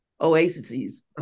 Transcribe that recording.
Oases